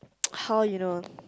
how you know